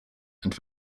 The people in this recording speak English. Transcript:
and